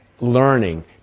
learning